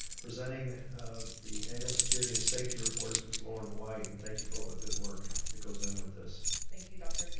presenting the annual security and safety report is ms. lauren white and thank you for all the good work, that goes in with this. thank you dr.